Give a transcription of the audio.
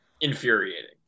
Infuriating